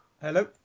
Hello